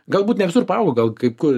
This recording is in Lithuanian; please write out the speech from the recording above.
galbūt ne visur paaugo gal kai kur